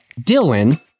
Dylan